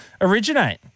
originate